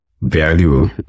value